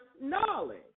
knowledge